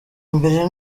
mbere